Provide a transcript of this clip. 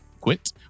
Quit